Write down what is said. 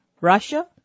Russia